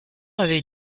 avaient